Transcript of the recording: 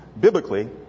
biblically